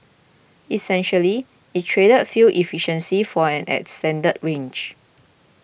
essentially it traded fuel efficiency for an extended range